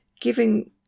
giving